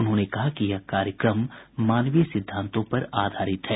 उन्होंने कहा कि यह कार्यक्रम मानवीय सिद्धांतों पर आधारित है